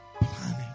Planning